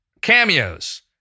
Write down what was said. Cameos